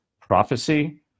prophecy